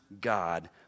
God